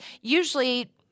usually